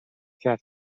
کرد